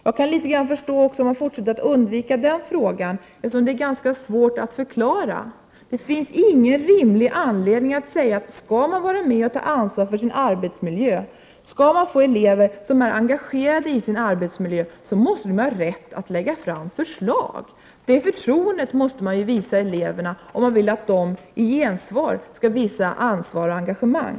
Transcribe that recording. Jag har viss förståelse för att han också fortsätter att undvika den frågan, eftersom den är ganska svår att förklara. Det finns ingen rimlig anledning till detta. Skall vi få elever som är engagerade och beredda att ta ansvar för sin arbetsmiljö, måste de ha rätt att lägga fram förslag. Det förtroendet måste eleverna visas om vi vill att de i gensvar skall visa ansvar och engagemang.